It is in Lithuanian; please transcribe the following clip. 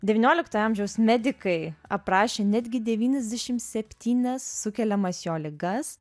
devynioliktojo amžiaus medikai aprašė netgi devyniasdešim septynias sukeliamas jo ligas